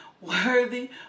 Worthy